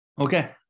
Okay